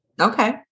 Okay